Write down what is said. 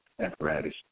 apparatus